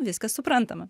viskas suprantama